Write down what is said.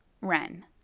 Ren